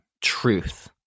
truth